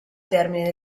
termine